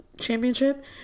championship